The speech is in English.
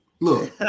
Look